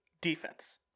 defense